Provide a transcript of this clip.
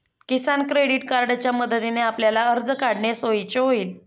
किसान credit कार्डच्या मदतीने आपल्याला कर्ज काढणे सोयीचे होईल